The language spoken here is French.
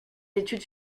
études